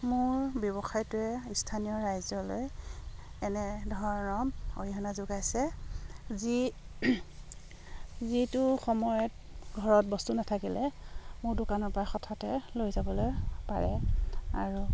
মোৰ ব্যৱসায়টোৱে স্থানীয় ৰাইজলৈ এনেধৰণৰ অৰিহণা যোগাইছে যি যিটো সময়ত ঘৰত বস্তু নাথাকিলে মোৰ দোকানৰপৰা হঠাতে লৈ যাবলৈ পাৰে আৰু